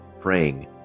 praying